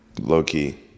Low-key